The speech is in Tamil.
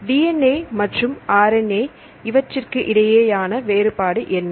DNA மற்றும் RNA இவற்றிற்கு இடையேயான வேறுபாடு என்ன